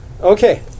Okay